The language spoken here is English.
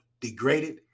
degraded